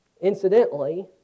Incidentally